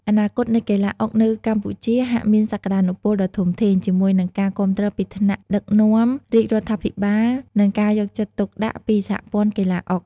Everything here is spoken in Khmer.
អនាគតនៃកីឡាអុកនៅកម្ពុជាហាក់មានសក្ដានុពលដ៏ធំធេង ជាមួយនឹងការគាំទ្រពីថ្នាក់ដឹកនាំរាជរដ្ឋាភិបាល និងការយកចិត្តទុកដាក់ពីសហព័ន្ធកីឡាអុក។